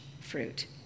fruit